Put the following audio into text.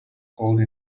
cold